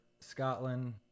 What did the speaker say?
Scotland